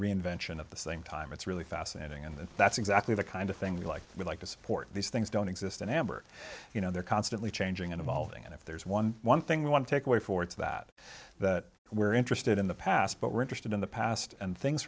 reinvention of the same time it's really fascinating in that that's exactly the kind of thing like we like to support these things don't exist in amber you know they're constantly changing and evolving and if there's one one thing we want to take away for to that that we're interested in the past but we're interested in the past and things